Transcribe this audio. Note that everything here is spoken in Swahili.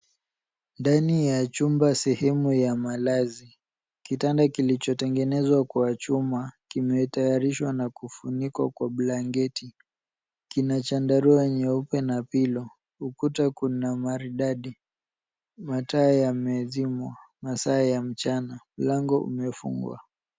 Ndani ya chumba sehemu ya malazi .Kitanda kilichotegenezwa kwa chuma kimetayarishwa na kufunikwa kwa blanketi. Kina chandarua cheupe na pillow .Ukuta kuna maridadi, mataa yamezimwa, masaa ya mchana, mlango umefungwa.